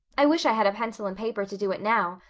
i wish i had a pencil and paper to do it now,